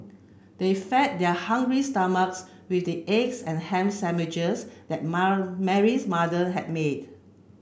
they fed their hungry stomachs with the eggs and ham sandwiches that Mary's mother had made